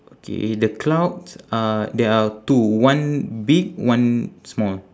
okay the clouds uh there are two one big one small